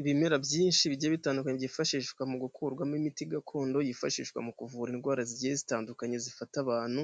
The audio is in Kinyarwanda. Ibimera byinshi bigiye bitandukanye byifashishwa mu gukurwamo imiti gakondo yifashishwa mu kuvura indwara zigiye zitandukanye zifata abantu,